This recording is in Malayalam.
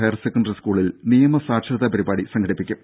ഹയർസെക്കണ്ടറി സ്കൂളിൽ നിയമസാക്ഷരതാ പരിപാടി സംഘടിപ്പിക്കും